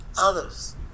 others